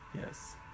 yes